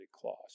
clause